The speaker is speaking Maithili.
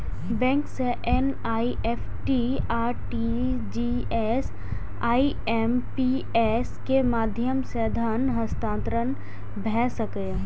बैंक सं एन.ई.एफ.टी, आर.टी.जी.एस, आई.एम.पी.एस के माध्यम सं धन हस्तांतरण भए सकैए